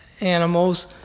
animals